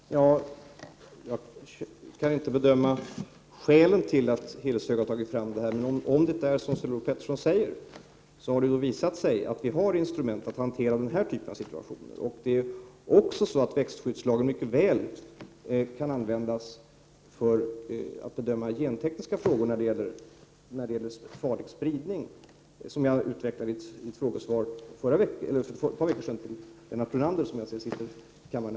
Herr talman! Jag kan inte bedöma skälet till att Hilleshög AB har tagit fram det här, men om det nu är som Sven-Olof Petersson säger har det visat sig att vi har instrument att hantera situationer av den typen. Växtskyddslagen kan också mycket väl användas för att bedöma gentekniska frågor med tanke på farlig spridning. Detta utvecklade jag för ett par veckor sedan i ett frågesvar till Lennart Brunander, som jag nu ser sitta i kammaren.